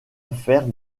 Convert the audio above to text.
affaire